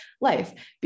life